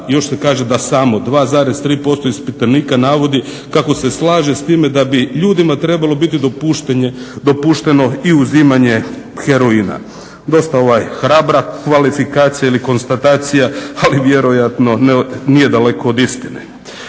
još se kaže da samo 2,3% ispitanika navodi kao se slaže s time da bi ljudima trebalo biti dopušteno i uzimanje heroina." Dosta, ovaj hrabra kvalifikacija ili konstatacija, ali vjerojatno nije daleko od istine.